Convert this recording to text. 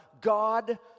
God